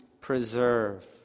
preserve